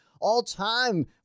all-time